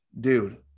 dude